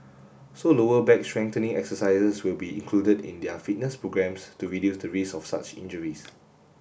so lower back strengthening exercises will be included in their fitness programmes to reduce the risk of such injuries